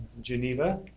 Geneva